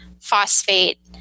phosphate